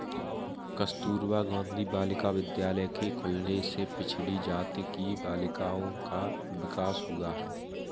कस्तूरबा गाँधी बालिका विद्यालय के खुलने से पिछड़ी जाति की बालिकाओं का विकास हुआ है